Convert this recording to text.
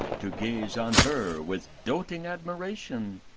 to gaze on her with doting admiration?